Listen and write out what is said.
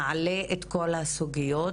נעלה את כל הסוגיות,